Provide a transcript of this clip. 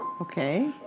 Okay